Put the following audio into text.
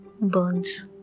burns